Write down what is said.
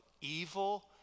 evil